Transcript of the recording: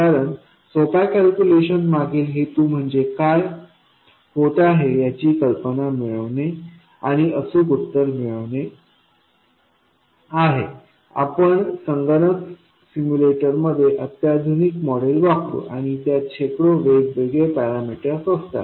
कारण सोप्या कॅल्क्युलेशनमागील हेतू म्हणजे काय होत आहे याची कल्पना मिळविणे आणि अचूक उत्तर मिळविणे आपण संगणक सिम्युलेटर मध्ये अत्याधुनिक मॉडेल वापरू आणि त्यात शेकडो वेगवेगळे पॅरामीटर्स असतात